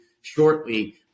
shortly